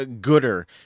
gooder